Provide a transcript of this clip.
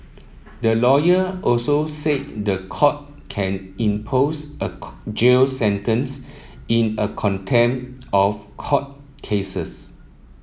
the lawyer also said the court can impose a jail sentence in a contempt of court cases